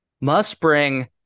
must-bring